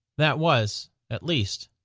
that was, at least,